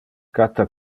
cata